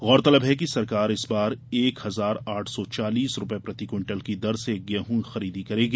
गौरतलब है कि सरकार इस बार एक हजार आठ सौ चालीस रुपए प्रति क्विटल की दर से गेंहू खरीदी करेगी